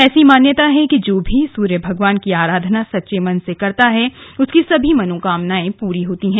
ऐसी मान्यता है कि जो भी सूर्य भगवान् की आराधना सच्चे मन से करता है उसकी सभी कामनाये पूरी होती है